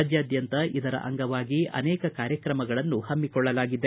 ರಾಜ್ಯಾದ್ಯಂತ ಇದರ ಅಂಗವಾಗಿ ಅನೇಕ ಕಾರ್ಯಕ್ರಮಗಳನ್ನು ಹಮ್ಮಿಕೊಳ್ಳಲಾಗಿದೆ